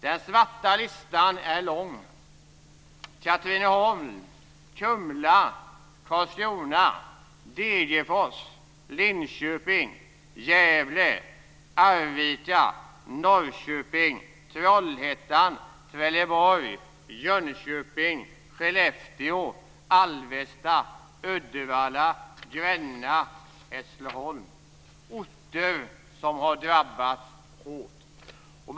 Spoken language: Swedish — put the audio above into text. Den svarta listan är lång. Katrineholm, Kumla, Karlskrona, Degerfors, Trelleborg, Jönköping, Skellefteå, Alvesta, Uddevalla, Gränna och Hässleholm är orter som har drabbats hårt.